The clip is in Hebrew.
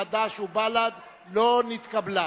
חד"ש ובל"ד לא נתקבלה.